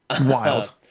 wild